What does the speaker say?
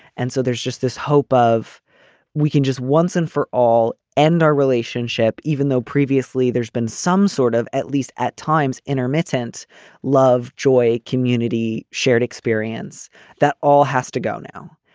and so there's just this hope of we can just once and for all end our relationship, even though previously there's been some sort of at least at times intermittent love, joy, community shared experience that all has to go now.